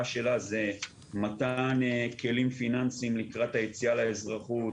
שלה זה מתן כלים פיננסיים לקראת היציאה לאזרחות,